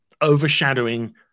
overshadowing